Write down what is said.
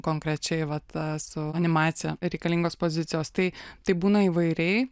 konkrečiai vat su animacija reikalingos pozicijos tai taip būna įvairiai